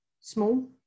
small